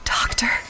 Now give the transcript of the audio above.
Doctor